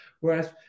whereas